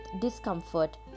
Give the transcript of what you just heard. discomfort